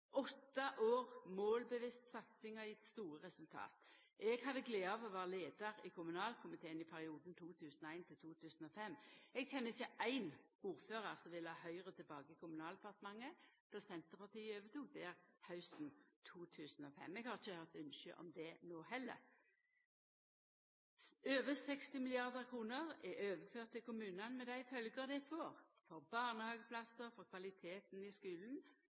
Åtte år målmedviten satsing har gjeve store resultat. Eg hadde gleda av å vera leiar i kommunalkomiten i perioden 2001–2005. Eg kjenner ikkje éin ordførar som ville ha Høgre tilbake i Kommunaldepartementet då Senterpartiet overtok der hausten 2005. Eg har ikkje høyrt ynske om det no heller. Over 60 mrd. kr er overført til kommunane, med dei følgjer det får for barnehageplassar, for kvaliteten i skulen